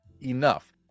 enough